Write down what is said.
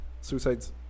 suicides